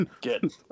Good